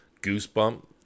goosebump